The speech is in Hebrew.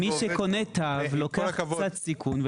מי שקונה תו לוקח קצת סיכון,